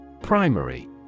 Primary